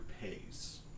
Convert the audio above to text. pace